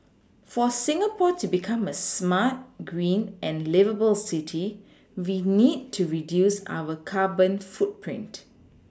for Singapore to become a smart green and liveable city we need to reduce our carbon footprint